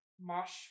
Mosh